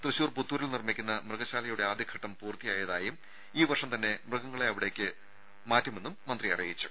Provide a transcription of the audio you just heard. തൃശൂർ പുത്തൂരിൽ നിർമ്മിക്കുന്ന മൃഗശാലയുടെ ആദ്യഘട്ടം പൂർത്തിയായതായും ഈ വർഷം തന്നെ മൃഗങ്ങളെ അവിടേക്ക് മാറ്റുമെന്നും മന്ത്രി അറിയിച്ചു